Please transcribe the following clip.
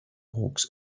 hawks